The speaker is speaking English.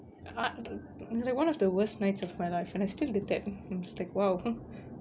ah it's like one of the worst nights of my life and I still was like !wow!